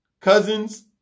cousins